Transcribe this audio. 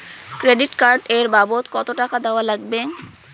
Credit card এর বাবদ কতো টাকা দেওয়া লাগবে?